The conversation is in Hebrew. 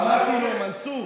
אמרתי לו: מנסור,